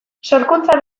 sorkuntza